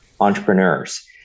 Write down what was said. entrepreneurs